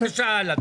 שאלתי אותה.